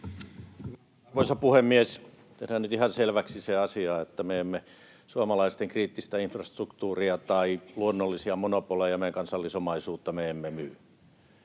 Arvoisa puhemies! Tehdään nyt ihan selväksi se asia, että me emme myy suomalaisten kriittistä infrastruktuuria tai luonnollisia monopoleja, meidän kansallisomaisuutta.